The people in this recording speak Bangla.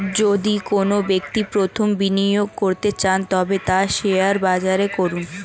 যদি কোনো ব্যক্তি প্রথম বিনিয়োগ করতে চান তবে তা শেয়ার বাজারে করুন